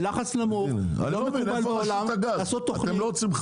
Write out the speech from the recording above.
לא מקובל בעולם לעשות תוכנית,